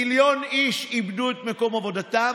מיליון איש איבדו את מקום עבודתם,